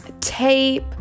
tape